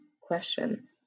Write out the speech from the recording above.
question